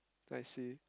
I see